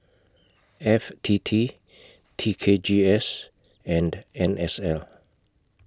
F T T T K G S and N S L